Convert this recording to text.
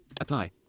Apply